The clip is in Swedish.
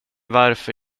varför